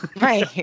Right